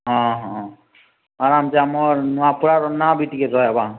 ହଁ ହଁ ଆରାମ୍ସେ ଆମର୍ ନୂଆପଡ଼ାର ନାଁ ବି ଟିକେ ରହେବା